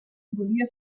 volia